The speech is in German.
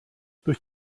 durch